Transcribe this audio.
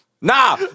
Nah